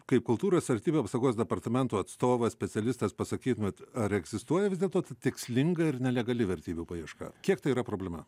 kaip kultūros vertybių apsaugos departamento atstovas specialistas pasakytumėt ar egzistuoja vis dėlto tikslinga ir nelegali vertybių paieška kiek tai yra problema